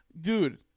dude